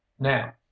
Now